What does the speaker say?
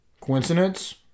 Coincidence